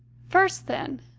first, then,